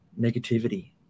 negativity